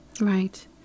Right